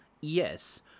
yes